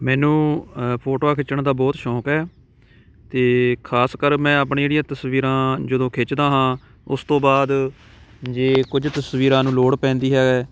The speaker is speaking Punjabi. ਮੈਨੂੰ ਫੋਟੋਆਂ ਖਿੱਚਣ ਦਾ ਬਹੁਤ ਸ਼ੌਕ ਹੈ ਅਤੇ ਖਾਸ ਕਰ ਮੈਂ ਆਪਣੀ ਜਿਹੜੀਆਂ ਤਸਵੀਰਾਂ ਜਦੋਂ ਖਿੱਚਦਾ ਹਾਂ ਉਸ ਤੋਂ ਬਾਅਦ ਜੇ ਕੁਝ ਤਸਵੀਰਾਂ ਨੂੰ ਲੋੜ ਪੈਂਦੀ ਹੈ